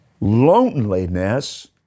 Loneliness